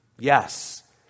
Yes